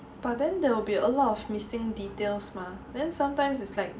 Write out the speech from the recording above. but then there will be a lot of missing details mah then sometimes is like